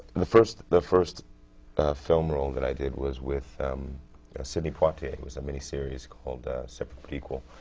the first the first film role that i did was with sidney poitier. it was a mini-series called a separate people,